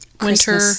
winter